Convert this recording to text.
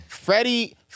Freddie